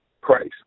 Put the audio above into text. Christ